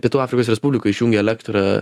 pietų afrikos respublikoj išjungė elektrą